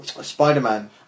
Spider-Man